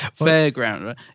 fairground